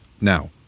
Now